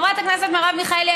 חברת הכנסת מרב מיכאלי,